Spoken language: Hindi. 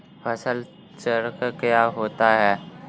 फसल चक्र क्या होता है?